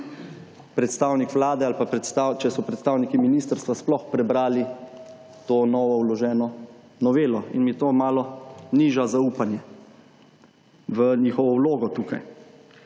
predstavnik vlade ali pa če so predstavniki ministrstva sploh prebrali to novo vloženo novelo in mi to malo niža zaupanje v njihovo vlogo tukaj.